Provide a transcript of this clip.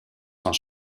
sont